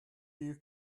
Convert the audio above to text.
you